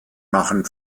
machen